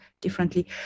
differently